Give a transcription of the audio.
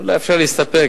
אולי אפשר להסתפק?